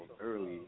early